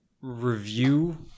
review